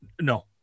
no